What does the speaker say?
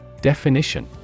Definition